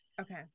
Okay